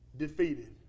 defeated